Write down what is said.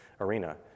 arena